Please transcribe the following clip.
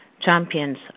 Champions